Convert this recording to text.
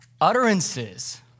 utterances